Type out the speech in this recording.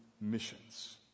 missions